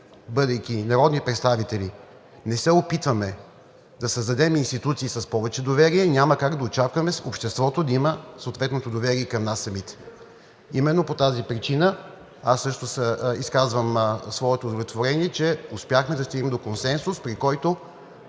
бъдейки народни представители, не се опитваме да създадем институции с повече доверие, няма как да очакваме обществото да има съответното доверие и към нас самите. Именно по тази причина аз също изказвам своето удовлетворение, че успяхме да стигнем до консенсус, при който